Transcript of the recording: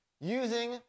using